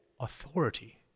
authority